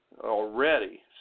already